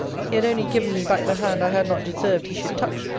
he had only given me back the hand i had not deserved he should touch.